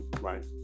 Right